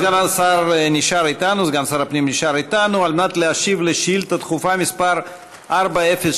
סגן שר הפנים נשאר איתנו כדי להשיב על שאילתה דחופה מס' 403,